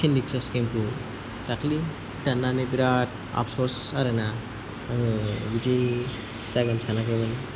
candy crush गेमखौ दाख्लि दाननानै बिराद आपस'स आरोना बिदि जागोन सानाखैमोन आं